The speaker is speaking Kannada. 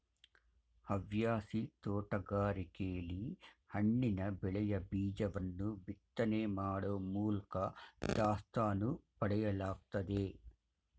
ಹವ್ಯಾಸಿ ತೋಟಗಾರಿಕೆಲಿ ಹಣ್ಣಿನ ಬೆಳೆಯ ಬೀಜವನ್ನು ಬಿತ್ತನೆ ಮಾಡೋ ಮೂಲ್ಕ ದಾಸ್ತಾನು ಪಡೆಯಲಾಗ್ತದೆ